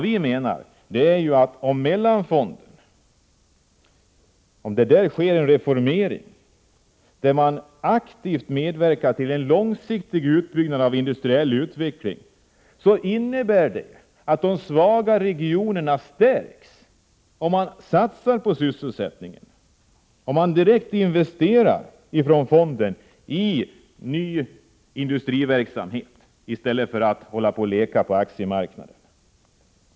Om det sker en reformering, så att fonderna aktivt medverkar till en långsiktig utbyggnad och industriell utveckling, innebär det att de svaga regionerna stärks. Fonden måste satsa på sysselsättning, investera direkt i ny industriverksamhet, i stället för att hålla på att leka på aktiemarknaden.